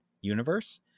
universe